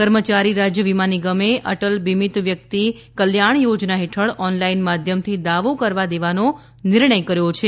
કર્મચારી રાજ્ય વીમા નિગમે અટલ બિમીત વ્યક્તિ કલ્યાણ યોજના હેઠળ ઓનલાઈન માધ્યમથી દાવો કરવા દેવાનો નિર્ણય કર્યો છે